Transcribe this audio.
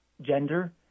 gender